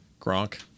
Gronk